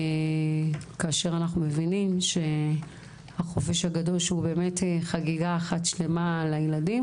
אנחנו מבינים שהחופש הוא חגיגה גדולה לילדים,